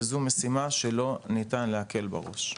זו משימה שלא ניתן להקל בה ראש.